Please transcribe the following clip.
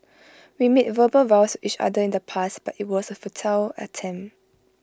we made verbal vows each other in the past but IT was A futile attempt